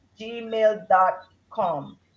gmail.com